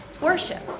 worship